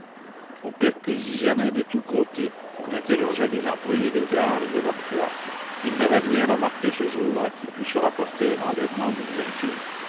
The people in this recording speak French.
on perquisitionna de tous côtés on interrogea les employés des gares et de l'octroi ils n'avaient rien remarqué ce jour-là qui pût se rapporter à l'enlèvement d'une jeune fille